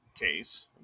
Case